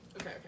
Okay